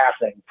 passing